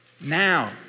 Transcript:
Now